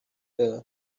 table